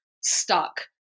stuck